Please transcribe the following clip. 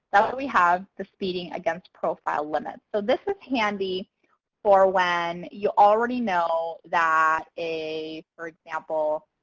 we have the speeding against profile limits. so this is handy for when you already know that a, for example,